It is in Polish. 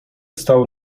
stał